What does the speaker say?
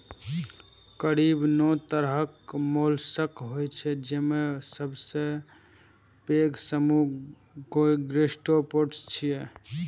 करीब नौ तरहक मोलस्क होइ छै, जेमे सबसं पैघ समूह गैस्ट्रोपोड्स छियै